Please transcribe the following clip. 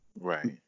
right